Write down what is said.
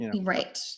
Right